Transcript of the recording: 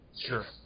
Sure